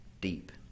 deep